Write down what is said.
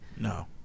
No